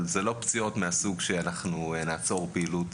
אבל זה לא מה שבגללו נעצור פעילות